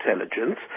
intelligence